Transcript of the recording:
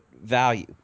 value